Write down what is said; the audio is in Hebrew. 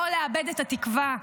לא לאבד את התקווה.